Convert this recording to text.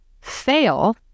fail